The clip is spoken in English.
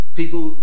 people